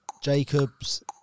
Jacobs